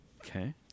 Okay